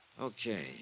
Okay